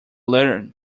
lantern